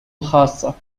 الخاصة